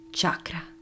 chakra